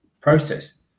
process